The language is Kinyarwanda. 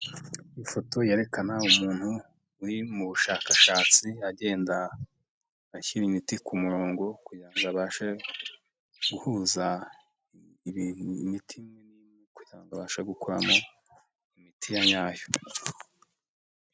Ifoto yerekana umuntu uri mu bushakashatsi agenda ashyira imiti ku murongo, kugira abashe guhuza imiti, kugirango abashe gukoramo imiti nyayo.